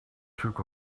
took